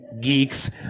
geeks